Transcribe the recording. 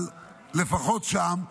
אבל לפחות שם,